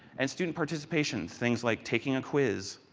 and student participation, things like taking a quiz,